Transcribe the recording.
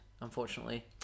unfortunately